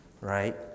right